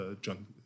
John